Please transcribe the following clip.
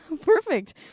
Perfect